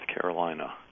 Carolina